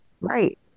Right